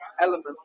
element